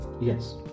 Yes